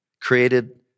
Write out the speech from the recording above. Created